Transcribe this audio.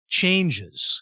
changes